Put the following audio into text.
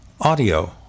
audio